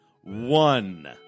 one